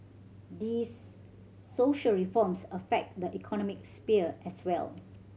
this social reforms affect the economic sphere as well